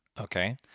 Okay